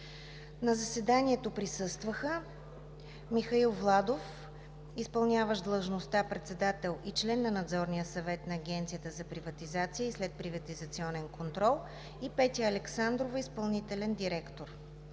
На заседанието присъстваха: Михаил Владов – изпълняващ длъжността председател и член на Надзорния съвет на Агенцията за приватизация и следприватизационен контрол; и Петя Александрова – изпълнителен директор.